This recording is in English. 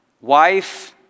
wife